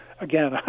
again